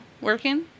Working